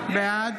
נגד